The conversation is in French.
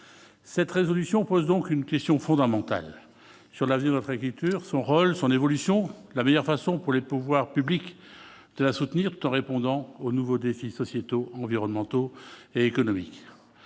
cette résolution pose donc une question fondamentale sur l'avenir de notre écriture son rôle, son évolution, la meilleure façon pour les pouvoirs publics de la soutenir en répondant aux nouveaux défis sociétaux, environnementaux et économiques,